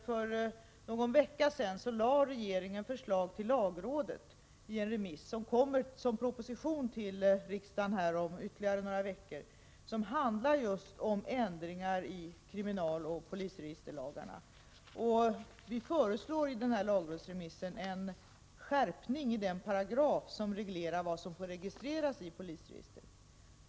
För någon vecka sedan remitterade regeringen till lagrådet ett förslag som kommer som proposition till riksdagen om ytterligare några veckor och som just handlar om ändringar i kriminaloch polisregisterlagarna. Vi föreslår i lagrådsremissen en skärpning av den paragraf som reglerar vad som får registreras i polisregister.